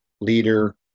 leader